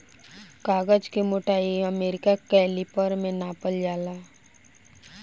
कागज के मोटाई अमेरिका कैलिपर में नापल जाला